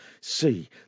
see